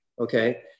okay